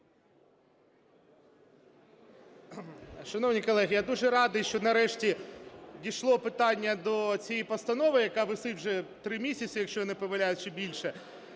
Шановні колеги, я дуже радий, що, нарешті, дійшло питання до цієї постанови, яка висить вже три місяці, якщо я не помиляюся, чи більше.